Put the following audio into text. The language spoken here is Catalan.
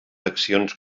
accions